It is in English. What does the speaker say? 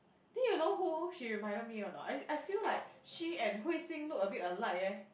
then you know who she reminded me or not I I feel like she and Hui Xin look a bit alike eh